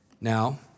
Now